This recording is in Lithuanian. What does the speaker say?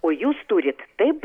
o jūs turit taip